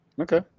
Okay